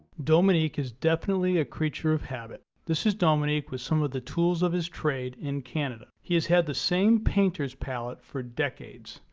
dominique is definitely a creature of habit. this is dominique with some of the tools of his trade in canada. he has had the same painter's palette for decades.